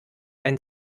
ein